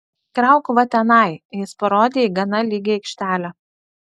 krauk va tenai jis parodė į gana lygią aikštelę